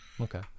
Okay